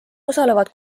osalevad